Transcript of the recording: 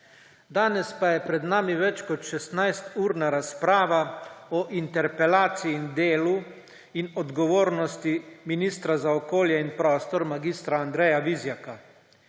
Danes pa je pred nami več kot 16-urna razprava o interpelaciji in delu in odgovornosti ministra za okolje in prostor mag. Andreja Vizjaka.